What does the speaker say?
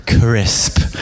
crisp